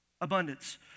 Abundance